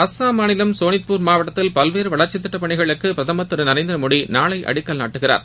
அசாம் மாநிலம் சோனித்பூர் மாவட்டத்தில் பல்வேறு வளர்ச்சித் திட்டப்பணிகளுக்கு பிரதமர் திரு நரேந்திர மோடி நாளை அடிக்கல் நாட்டுகிறார்